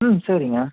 ம் சரிங்க